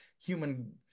human